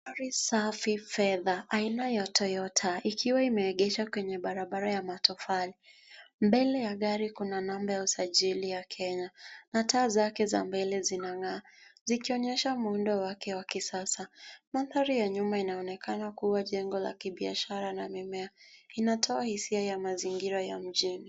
Gari safi fedha aina ya Toyota ikiwa imeegesha kando ya barabara ya matofali. Mbele ya gari kuna namba ya usajili ya Kenya na taa zake za mbele zinang'aa, zikionyesha muundo wake wa kisasa. Mandhari ya nyuma inaonekana kuwa jengo la kibiashara na mimea, inatoa hisia ya mazingira ya mjini.